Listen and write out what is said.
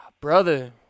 Brother